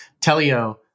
Telio